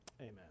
amen